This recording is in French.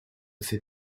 fait